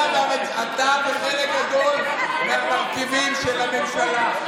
אתה וחלק גדול מהמרכיבים של הממשלה,